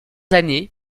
années